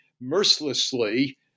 mercilessly